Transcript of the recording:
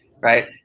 right